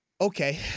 okay